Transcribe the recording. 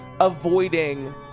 avoiding